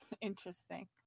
interesting